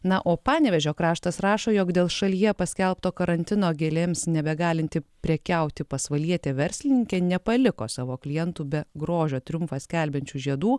na o panevėžio kraštas rašo jog dėl šalyje paskelbto karantino gėlėms nebegalinti prekiauti pasvalietė verslininkė nepaliko savo klientų be grožio triumfą skelbiančių žiedų